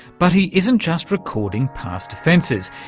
but he isn't just recording past offences,